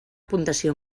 puntuació